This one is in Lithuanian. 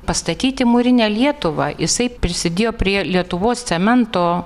pastatyti mūrinę lietuvą jisai prisidėjo prie lietuvos cemento